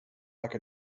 like